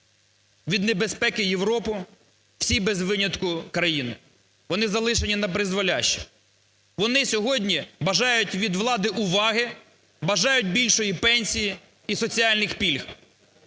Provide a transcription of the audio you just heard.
від небезпеки Європу і всі без винятку країни. Вони залишені напризволяще. Вони сьогодні бажають від влади уваги, бажають більшої пенсії і соціальних пільг.